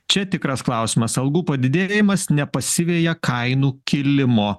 čia tikras klausimas algų padidėjimas nepasiveja kainų kilimo